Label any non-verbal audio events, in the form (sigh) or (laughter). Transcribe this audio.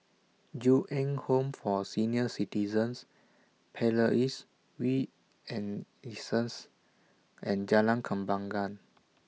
Ju Eng Home For Senior Citizens Palais We and (unintelligible) and Jalan Kembangan